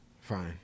Fine